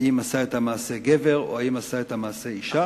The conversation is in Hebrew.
אם עשה את המעשה גבר או אם עשתה את המעשה אשה.